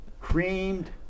Creamed